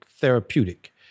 therapeutic